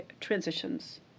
transitions